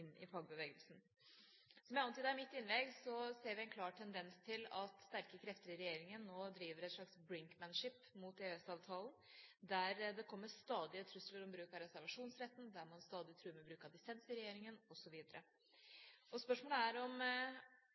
i fagbevegelsen. Som jeg antydet i mitt innlegg, ser vi en klar tendens til at sterke krefter i regjeringa nå driver et slags «brinkmanship» mot EØS-avtalen, der det kommer stadige trusler om bruk av reservasjonsretten, der man stadig truer med bruk av dissens i regjeringa, osv. Spørsmålet er om